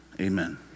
Amen